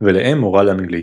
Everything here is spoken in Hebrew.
ולאם מורה לאנגלית.